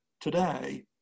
today